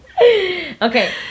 okay